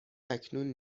اکنون